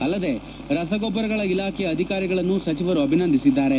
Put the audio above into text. ಅಲ್ಲದೆ ರಸಗೊಬ್ಬರಗಳ ಇಲಾಖೆಯ ಅಧಿಕಾರಿಗಳನ್ನೂ ಸಚಿವರು ಅಭಿನಂದಿಸಿದ್ದಾರೆ